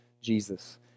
Jesus